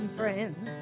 friends